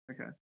Okay